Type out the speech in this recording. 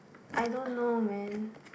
I don't know man